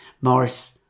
Morris